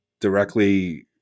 directly